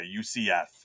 UCF